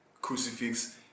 crucifix